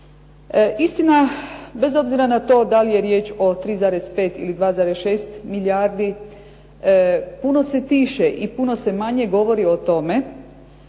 Istina, bez obzira na to da li je riječ o 3,5 ili 2,6 milijardi. Puno se tiše i puno se manje govori o tome